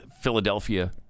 Philadelphia